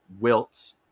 wilts